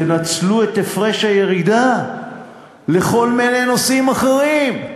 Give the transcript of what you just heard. תנצלו את הפרש הירידה לכל מיני נושאים אחרים.